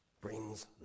brings